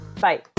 Bye